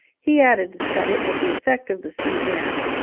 he added that it was the effect of the sea air.